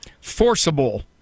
forcible